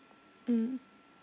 mm